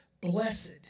Blessed